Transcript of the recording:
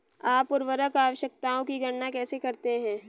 आप उर्वरक आवश्यकताओं की गणना कैसे करते हैं?